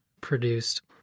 produced